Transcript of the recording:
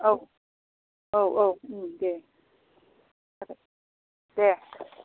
औ औ औ दे दे